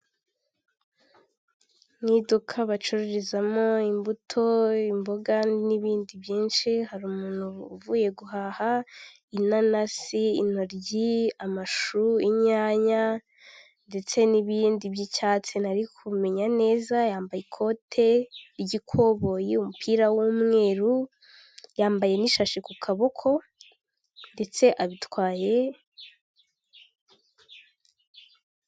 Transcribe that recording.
Mu iduka bacururizamo imbuto, imboga n'ibindi byinshi, hari umuntu uvuye guhaha inanasi, intoryi, amashu, inyanya ndetse n'ibindi by'icyatsi ntari kumenya neza. Yambaye ikote ry'ikoboyi, umupira w'umweru, yambaye n'ishashi ku kaboko ndetse abitwaye.